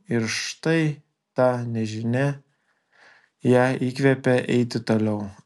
ir štai ta nežinia ją įkvepia eiti toliau